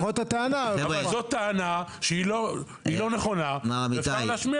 זאת טענה שהיא לא נכונה ואפשר להשמיע לכם.